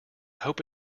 hope